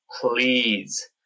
please